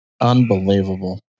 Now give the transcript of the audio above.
Unbelievable